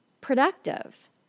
productive